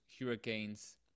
hurricanes